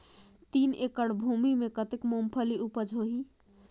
तीन एकड़ भूमि मे कतेक मुंगफली उपज होही?